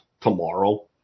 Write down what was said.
tomorrow